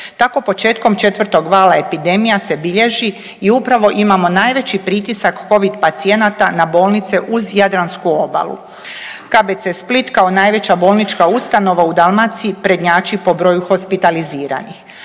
Tako početkom četvrtog vala epidemija se bilježi i upravo imamo najveći pritisak Covid pacijenata na bolnice uz Jadransku obalu. KBC Split kao najveća bolnička ustanova u Dalmaciji prednjači po broju hospitaliziranih.